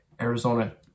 Arizona